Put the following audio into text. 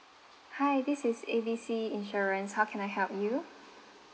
hi this is A B C insurance how can I help you